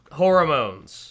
hormones